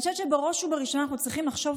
אני חושבת שבראש ובראשונה אנחנו צריכים לחשוב